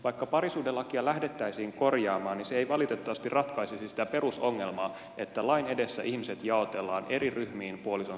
vaikka parisuhdelakia lähdettäisiin korjaamaan niin se ei valitettavasti ratkaisisi sitä perusongelmaa että lain edessä ihmiset jaotellaan eri ryhmiin puolison sukupuolen perusteella